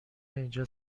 اینجا